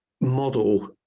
model